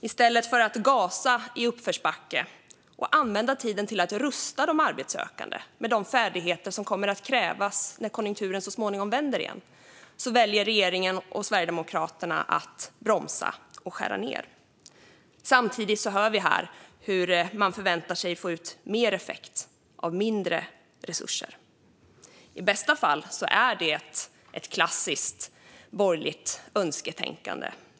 I stället för att gasa i uppförsbacke och använda tiden till att rusta de arbetssökande med de färdigheter som kommer att krävas när konjunkturen så småningom vänder igen väljer regeringen och Sverigedemokraterna att bromsa och skära ned. Samtidigt hör vi här hur man förväntar sig att få ut mer effekt av mindre resurser. I bästa fall är det ett klassiskt borgerligt önsketänkande.